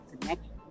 connection